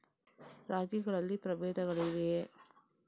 ರಾಗಿಗಳಲ್ಲಿ ಪ್ರಬೇಧಗಳಿವೆಯೇ?